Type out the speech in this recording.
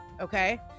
okay